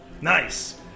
Nice